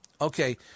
Okay